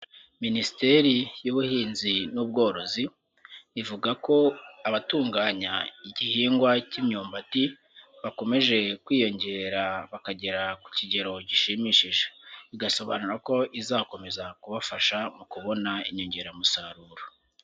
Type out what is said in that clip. Minisiteri y'Ubuhinzi n'ubworozi ivuga ko abatunganya igihingwa k'imyumbati bakomeje kwiyongera bakagera ku kigero gishimishije, bigasobanura ko izakomeza kubafasha mu kubona inyongeramusaruro.